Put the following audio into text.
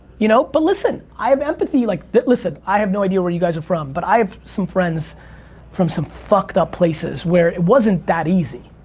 you know, but listen, i have empathy like listen, i have no idea where you guys are from, but i have some friends from some fucked up places where it wasn't that easy.